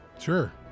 Sure